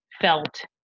felt